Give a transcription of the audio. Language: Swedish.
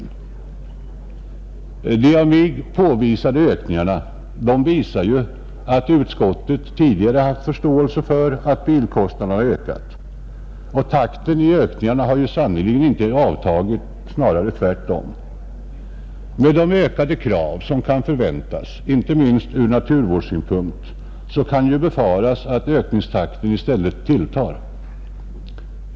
De av mig omnämnda ökningarna visar att utskottet tidigare haft förståelse för att bilkostnaderna har ökat — och takten i ökningen har sannerligen inte avtagit, snarare tvärtom, Med de ökade krav som kan förväntas, inte minst ur naturvårdssynpunkt, måste det befaras att ökningstakten i stället tilltar.